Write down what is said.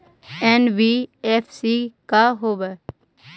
NBFC का होब?